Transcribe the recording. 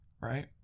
Right